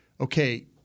okay